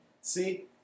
See